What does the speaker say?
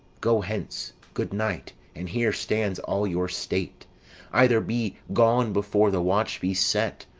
go hence good night and here stands all your state either be gone before the watch be set,